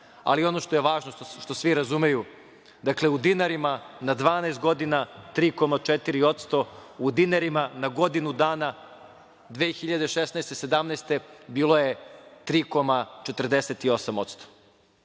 ali ono što je važno, što svi razumeju, dakle u dinarima, na 12 godina 3,4%, u dinarima na godinu dana 2016. – 2017. godine bilo je 3,48%.